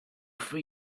for